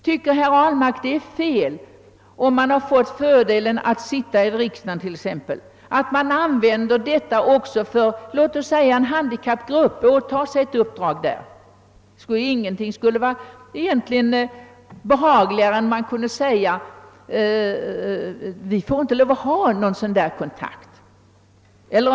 Tycker herr Ahlmark det är fel att en person, som har fått fördelen att sitta i riksdagen, använder sin ställning även för låt oss säga en handikappgrupp? Ingenting skulle väl egentligen vara bekvämare än att kunna hänvisa till att vi inte har rätt att ha några sådana kontakter.